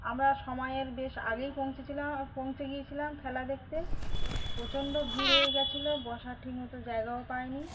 আমরা সময়ের বেশ আগেই পৌঁছেছিলাম পৌঁছে গিয়েছিলাম খেলা দেখতে প্রচণ্ড ভিড় হয়ে গেছিল বসার ঠিকমতো জায়গাও পায়নি